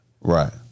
Right